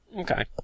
Okay